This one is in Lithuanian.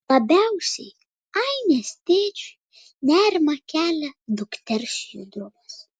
labiausiai ainės tėčiui nerimą kelia dukters judrumas